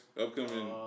upcoming